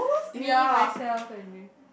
me myself and me